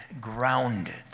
grounded